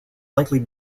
likely